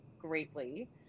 greatly